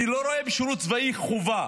אני לא רואה בשירות הצבאי חובה.